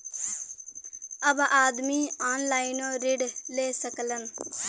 अब आदमी ऑनलाइनों ऋण ले सकलन